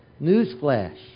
Newsflash